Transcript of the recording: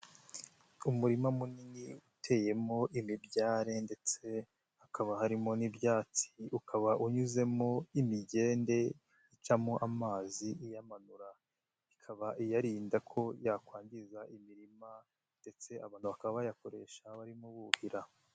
Umurima munini uteyemo imibyare ndetse hakaba harimo n'ibyatsi, ukaba unyuzemo imigende icamo amazi iyamanura, ikaba iyarinda ko yakwangiza imirima ndetse abantu baka bayakoresha barimo buhira.